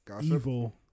evil